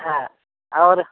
हाँ और